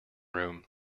room